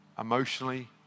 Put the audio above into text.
emotionally